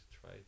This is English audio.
try